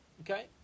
Okay